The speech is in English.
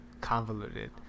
convoluted